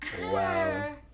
Wow